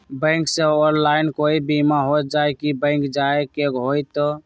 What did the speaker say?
Bank से online कोई बिमा हो जाई कि बैंक जाए के होई त?